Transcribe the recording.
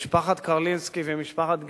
משפחת קרלינסקי ומשפחת גז,